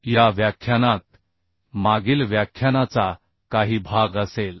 या व्याख्यानात मागील व्याख्यानाचा काही भाग असेल